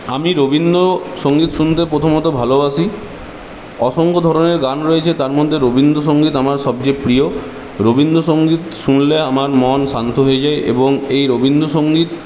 আমি রবীন্দ্রসঙ্গীত শুনতে প্রথমত ভালোবাসি অসংখ্য ধরনের গান রয়েছে তার মধ্যে রবীন্দ্রসঙ্গীত আমার সব চেয়ে প্রিয় রবীন্দ্রসঙ্গীত শুনলে আমার মন শান্ত হয়ে যায় এবং এই রবীন্দ্রসঙ্গীত